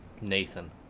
Nathan